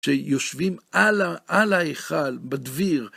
שיושבים על ההיכל, בדביר.